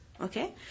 okay